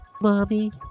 Mommy